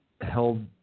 held